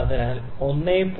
അതിനാൽ 1